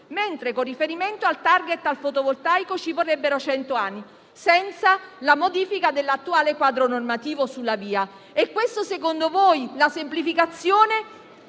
mentre, con riferimento al *target* del fotovoltaico, ci vorrebbero cento anni, senza la modifica dell'attuale quadro normativo sulla VIA. E secondo voi la semplificazione